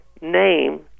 name